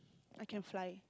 I can fly